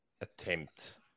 attempt